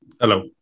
hello